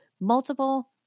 Multiple